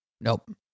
Nope